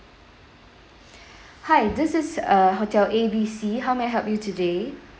hi this is uh hotel A B C how may I help you today